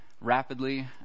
rapidly